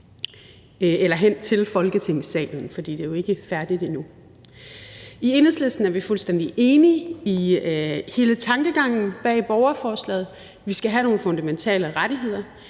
rettere hen til Folketingssalen, for det er jo ikke færdigbehandlet endnu. I Enhedslisten er vi fuldstændig enige i hele tankegangen bag borgerforslaget. Vi skal have nogle fundamentale rettigheder.